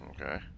Okay